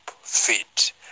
fit